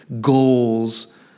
goals